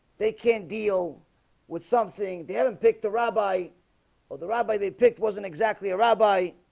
they can't deal with something. they haven't picked the rabbi or the rabbi they picked wasn't exactly a rabbi